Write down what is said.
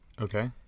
Okay